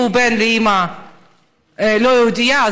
והוא בן לאימא לא יהודייה,